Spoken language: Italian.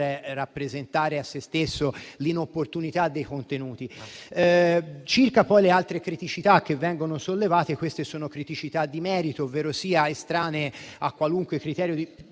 rappresentare a se stesso l'inopportunità del suo contenuto. Circa poi le altre criticità che vengono sollevate, si tratta di criticità di merito, ovverosia estranee a qualunque criterio di